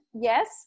yes